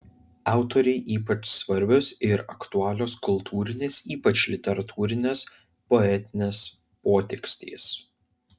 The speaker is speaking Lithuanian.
autorei ypač svarbios ir aktualios kultūrinės ypač literatūrinės poetinės potekstės